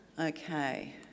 Okay